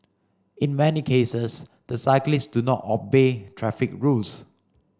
in many cases the cyclists do not obey traffic rules